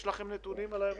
יש לכם נתונים על האירוע?